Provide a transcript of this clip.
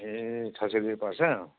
ए छ सौ रुपियाँ पर्छ